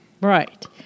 Right